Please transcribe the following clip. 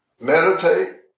Meditate